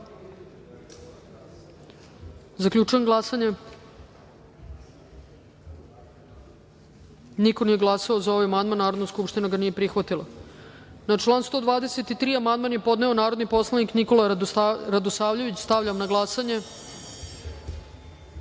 glasanje. Zaključujem glasanje: niko nije glasao za ovaj amandman. Narodna skupština ga nije prihvatila. Na član 131. amandman je podneo narodni poslanik Nikola Radosavljević. Stavljam na glasanje